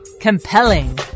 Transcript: Compelling